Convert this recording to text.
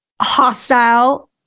hostile